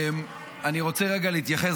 אני רוצה רגע להתייחס